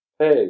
Hey